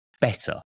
better